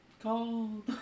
Cold